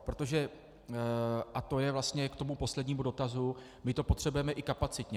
Protože a to je vlastně i k tomu poslednímu dotazu my to potřebujeme i kapacitně.